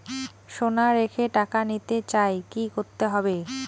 সোনা রেখে টাকা নিতে চাই কি করতে হবে?